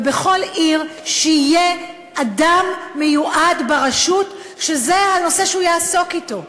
ושבכל עיר יהיה אדם מיועד ברשות שזה הנושא שהוא יעסוק בו,